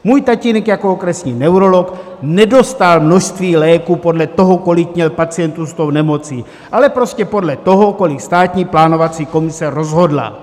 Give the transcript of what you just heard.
Můj tatínek jako okresní neurolog nedostal množství léků podle toho, kolik měl pacientů s tou nemocí, ale prostě podle toho, kolik Státní plánovací komise rozhodla.